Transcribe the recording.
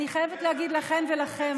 אני חייבת להגיד לכן ולכם,